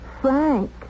Frank